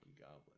Goblin